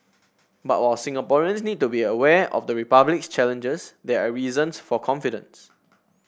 but while Singaporeans need to be aware of the Republic's challenges there are reasons for confidence